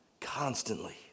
constantly